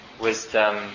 Wisdom